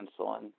insulin